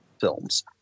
films